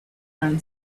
men